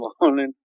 morning